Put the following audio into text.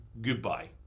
Goodbye